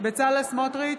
בצלאל סמוטריץ'